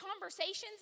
conversations